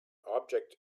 object